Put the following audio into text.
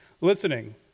Listening